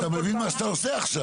אז אתה מבין מה שאתה עושה עכשיו.